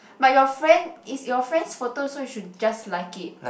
but your friend is your friend's photo so you should just like it